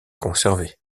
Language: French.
conservés